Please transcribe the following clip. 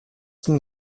ging